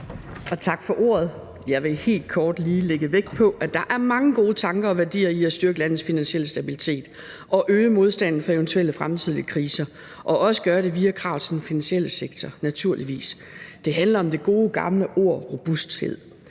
og tak for ordet. Jeg vil helt kort lige lægge vægt på, at der er mange gode tanker og værdier i at styrke landets finansielle stabilitet, øge modstanden mod eventuelle fremtidige kriser og også gøre det via krav til den finansielle sektor – naturligvis. Det handler om det gode, gamle ord robusthed,